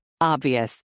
Obvious